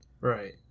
Right